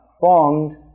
formed